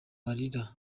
marira